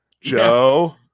Joe